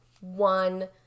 one